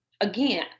again